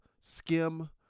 skim